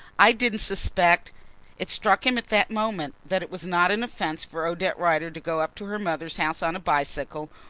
i didn't suspect it struck him at that moment that it was not an offence for odette rider to go up to her mother's house on a bicycle,